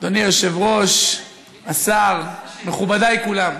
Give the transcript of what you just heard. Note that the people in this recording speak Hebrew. אדוני היושב-ראש, השר, מכובדי כולם,